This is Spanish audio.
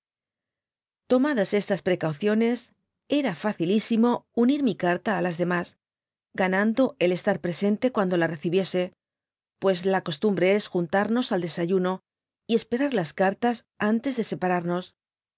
tomadas estas prccauciones era facilísimo unir dby google mi carta á las demás ganando d estar presente cuando la recibiese pues la costumbre es juntamos al desayuno y esperar las cartas ántej de separamos